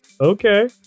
Okay